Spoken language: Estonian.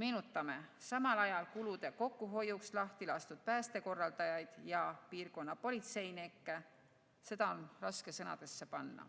Meenutame samal ajal kulude kokkuhoiuks lahtilastud päästekorraldajaid ja piirkonnapolitseinikke. Seda on raske sõnadesse panna.